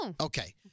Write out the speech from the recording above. Okay